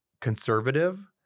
conservative